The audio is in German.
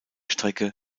strecke